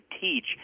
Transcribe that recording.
teach